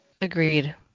Agreed